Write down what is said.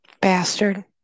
Bastard